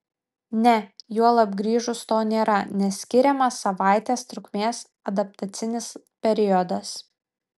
ne juolab grįžus to nėra nes skiriamas savaitės trukmės adaptacinis periodas